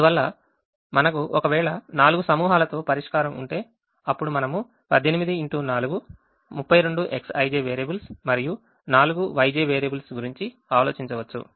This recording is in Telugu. అందువల్ల మనకు ఒకవేళ 4 సమూహాలతో పరిష్కారం ఉంటే అప్పుడు మనము 18x4 32Xij వేరియబుల్స్ మరియు 4Yj వేరియబుల్స్ గురించి ఆలోచించవచ్చు